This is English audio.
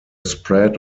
spread